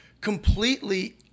completely